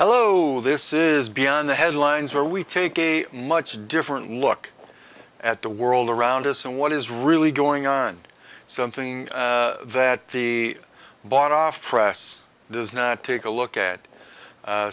hello this is beyond the headlines where we take a much different look at the world around us and what is really going on something that the bought off press does not take a look at